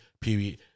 period